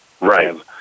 Right